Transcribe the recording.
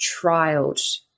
trialed